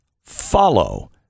follow